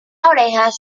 orejas